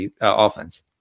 offense